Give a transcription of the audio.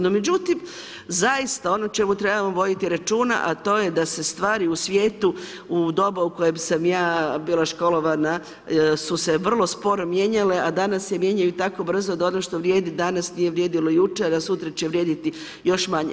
No međutim zaista ono o čemu trebamo voditi računa, a to je da se stvari u svijetu u doba u kojem sam ja bila školovana su se vrlo sporo mijenjale a danas se mijenjaju tako brzo da ono što vrijedi danas nije vrijedilo jučer, a sutra će vrijediti još manje.